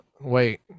Wait